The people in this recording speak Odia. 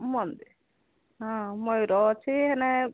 ହଁ ମୟୂର ଅଛି ହେଲେ